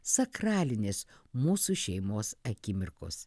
sakralinės mūsų šeimos akimirkos